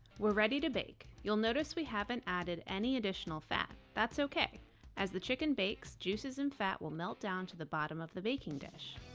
we're ready to bake you'll notice we haven't added any additional fat, that's okay as the chicken bakes, juices and fat will melt down to the bottom of the baking dish.